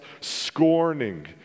scorning